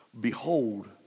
behold